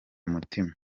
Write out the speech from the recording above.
umutima